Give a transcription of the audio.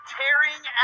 tearing